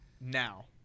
now